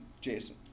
Jason